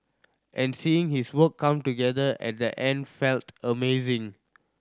and seeing his work come together at the end felt amazing